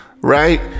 right